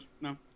No